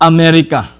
America